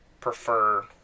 prefer